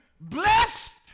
Blessed